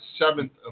seventh